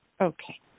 Okay